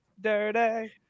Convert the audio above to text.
Dirty